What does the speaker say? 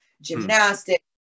gymnastics